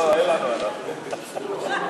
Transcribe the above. לא, אין לנו, אנחנו.